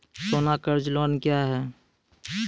सोना कर्ज लोन क्या हैं?